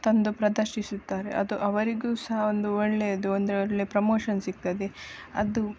ತಂದು ಪ್ರದರ್ಶಿಸುತ್ತಾರೆ ಅದು ಅವರಿಗೂ ಸಹ ಒಂದು ಒಳ್ಳೆಯದು ಅಂದರೆ ಒಳ್ಳೆ ಪ್ರಮೋಷನ್ ಸಿಗ್ತದೆ ಅದು